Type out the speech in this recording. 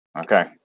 Okay